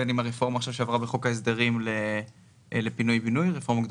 בין אם הרפורמה עכשיו שעברה בחוק ההסדרים לפינוי בינוי,